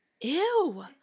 Ew